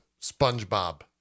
SpongeBob